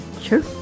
Sure